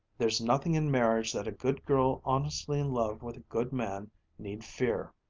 there's nothing in marriage that a good girl honestly in love with a good man need fear.